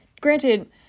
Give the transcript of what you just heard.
granted